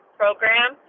program